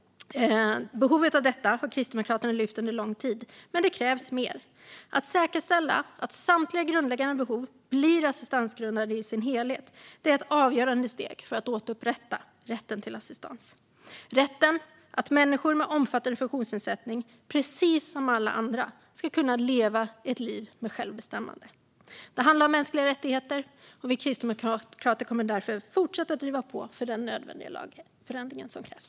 Behovet av detta har Kristdemokraterna lyft fram under lång tid. Men det krävs mer. Att säkerställa att samtliga grundläggande behov i sin helhet blir assistansgrundande är ett avgörande steg för att återupprätta rätten till assistans - rätten för människor med omfattande funktionsnedsättning att, precis som alla andra, kunna leva ett liv med självbestämmande. Det handlar om mänskliga rättigheter, och vi kristdemokrater kommer därför att fortsätta att driva på för den nödvändiga lagändring som krävs.